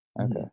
Okay